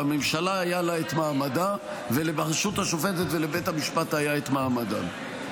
והממשלה היה לה את מעמדה ולרשות השופטת ולבית המשפט היה את מעמדם.